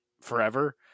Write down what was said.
forever